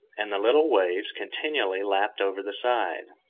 and the little waves continually lapped over the side.